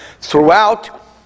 Throughout